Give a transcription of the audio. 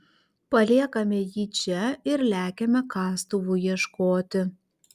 paliekame jį čia ir lekiame kastuvų ieškoti